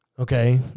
Okay